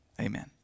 Amen